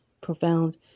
profound